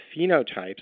phenotypes